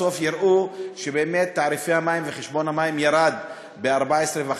בסוף יראו שבאמת תעריפי המים וחשבון המים ירדו ב-14.5%.